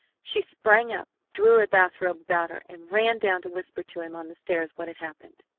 she sprang up, drew her bath-robe about her, and ran down to whisper to him on the stairs what had happened.